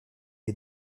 est